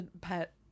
pet